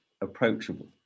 approachable